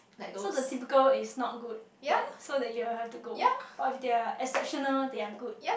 so the typical is not good that so that you have to go but if they're exceptional they are good